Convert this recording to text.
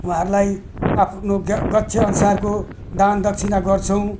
उहाँहरूलाई आफ्नो ग गक्ष्यअनुसारको दानदक्षिणा गर्छौँ